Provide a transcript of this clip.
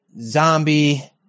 zombie